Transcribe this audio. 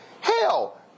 Hell